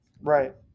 Right